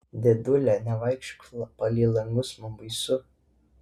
dėdule nevaikščiok palei langus man baisu